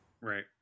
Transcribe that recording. Right